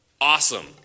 Awesome